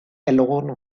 alone